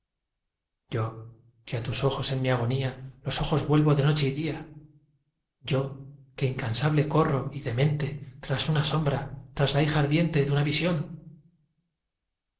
yo que á tus ojos en mi agonía los ojos vuelvo de noche y día yo que incansable corro y demente tras una sombra tras la hija ardiente de una visión